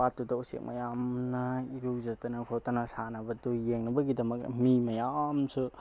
ꯄꯥꯠꯇꯨꯗ ꯎꯆꯦꯛ ꯃꯌꯥꯝꯅ ꯏꯔꯨꯖꯗꯅ ꯈꯣꯠꯇꯅ ꯁꯥꯟꯅꯕꯗꯨ ꯌꯦꯡꯅꯕꯒꯤꯗꯃꯛ ꯃꯤ ꯃꯌꯥꯝꯁꯨ